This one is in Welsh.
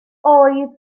oedd